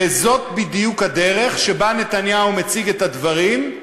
וזאת בדיוק הדרך שבה נתניהו מציג את הדברים,